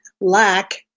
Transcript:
lack